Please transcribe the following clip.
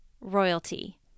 royalty